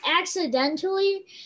accidentally